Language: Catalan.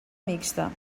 mixta